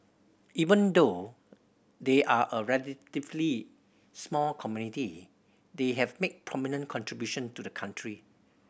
even though they are a relatively small community they have made prominent contribution to the country